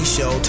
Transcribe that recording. Show